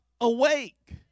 awake